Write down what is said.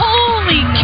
Holy